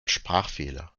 sprachfehler